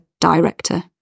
director